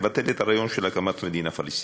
לבטל את הרעיון של הקמת מדינה פלסטינית.